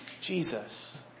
Jesus